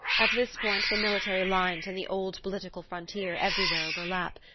at this point the military lines and the old political frontier everywhere overlap,